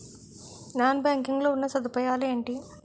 Non banking లో ఉన్నా సదుపాయాలు ఎంటి?